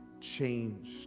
changed